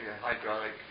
hydraulic